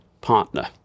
partner